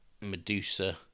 Medusa